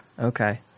Okay